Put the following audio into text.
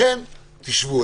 לכן תשבו.